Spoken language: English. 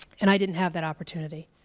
and i didn't have that opportunity.